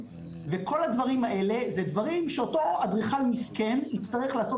ואת כל הדברים האלה אותו אדריכל מסכן יצטרך לעשות